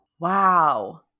Wow